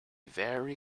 very